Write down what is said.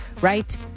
right